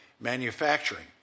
manufacturing